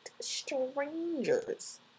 strangers